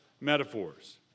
metaphors